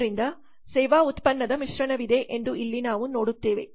ಆದ್ದರಿಂದ ಸೇವಾ ಉತ್ಪನ್ನದ ಮಿಶ್ರಣವಿದೆ ಎಂದು ಇಲ್ಲಿ ನಾವು ನೋಡುತ್ತೇವೆ